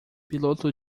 piloto